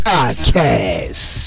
Podcast